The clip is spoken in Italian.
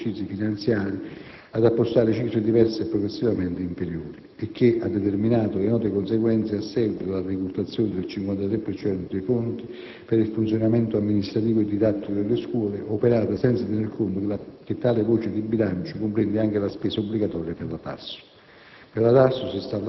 provvedendo nei successivi esercizi finanziari ad appostare cifre diverse e progressivamente inferiori; il che ha determinato le note conseguenze a seguito della decurtazione del 53 per cento dei fondi per il funzionamento amministrativo e didattico delle scuole, operata senza tener conto che tale voce di bilancio comprende anche la spesa obbligatoria per la TARSU.